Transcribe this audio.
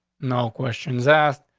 no questions asked.